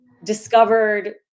discovered